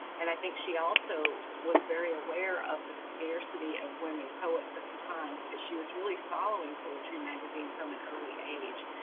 and i think she also was very aware of the scarcity of women poets at the time because she was really following poetry magazine from an early age.